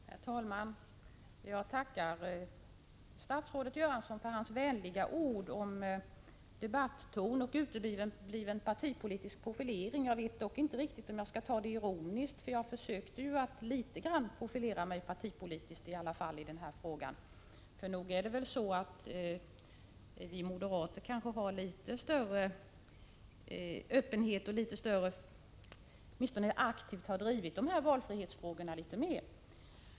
Herr talman! Jag tackar statsrådet Göransson för hans vänliga ord om debatten och utebliven partipolitisk profilering. Jag vet emellertid inte riktigt om jag skall ta det ironiskt — jag försökte ändå profilera mig partipolitiskt litet grand i den här frågan. Nog är det väl så att vi moderater har litet större öppenhet och åtminstone aktivt har drivit valfrihetsfrågorna litet mer.